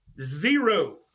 Zero